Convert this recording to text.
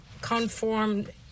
conformed